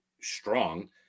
strong